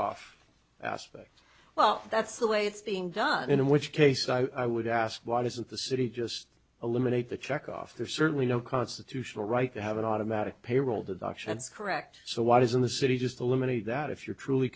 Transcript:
off aspect well that's the way it's being done in which case i would ask why doesn't the city just a limit the check off there's certainly no constitutional right to have an automatic payroll deductions correct so why doesn't the city just eliminate that if you're truly